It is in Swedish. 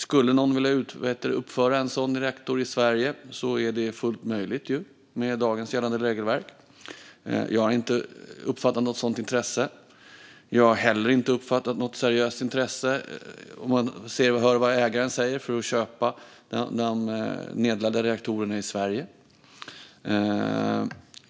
Skulle någon vilja uppföra en sådan reaktor i Sverige är det fullt möjligt med dagens gällande regelverk. Jag har inte uppfattat något sådant intresse. Jag har heller inte uppfattat något seriöst intresse, om man ser och hör vad ägaren säger, för att köpa de nedlagda reaktorerna i Sverige.